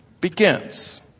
begins